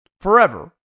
forever